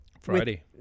Friday